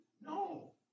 No